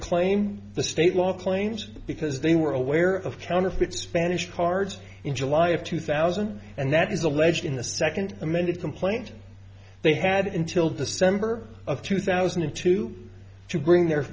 claim the state law claims because they were aware of counterfeit spanish cards in july of two thousand and that is alleged in the second amended complaint they had in till december of two thousand and two to bring their